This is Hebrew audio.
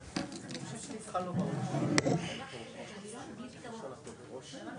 הפעם, מבלי שלובשי המדים ישמעו,